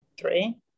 Three